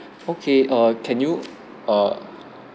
okay err can you err